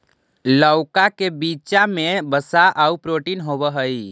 लउका के बीचा में वसा आउ प्रोटीन होब हई